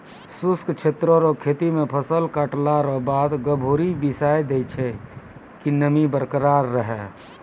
शुष्क क्षेत्र रो खेती मे फसल काटला रो बाद गभोरी बिसाय दैय छै कि नमी बरकरार रहै